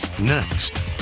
next